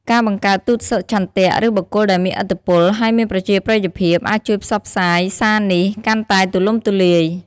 ការបង្កើតទូតសុឆន្ទៈ ឬបុគ្គលដែលមានឥទ្ធិពល ហើយមានប្រជាប្រិយភាព អាចជួយផ្សព្វផ្សាយសារនេះកាន់តែទូលំទូលាយ។